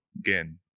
again